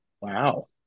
Wow